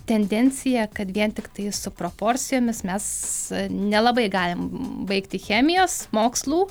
tendencija kad vien tiktai su proporcijomis mes nelabai galim baigti chemijos mokslų